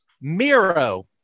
Miro